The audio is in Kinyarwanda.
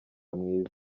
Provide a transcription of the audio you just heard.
mwiza